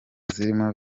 zirimo